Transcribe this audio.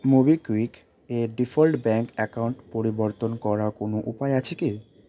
MobiKwik এর default bank account পরিবর্তন করার কোনও উপায় আছে কি